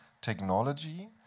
technology